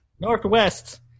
Northwest